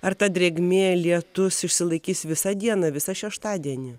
ar ta drėgmė lietus išsilaikys visą dieną visą šeštadienį